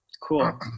Cool